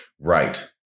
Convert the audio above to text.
Right